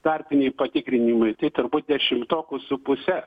tarpiniai patikrinimai tai turbūt dešimtokų su puse